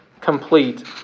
complete